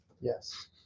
Yes